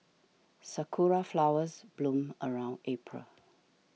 sakura flowers bloom around April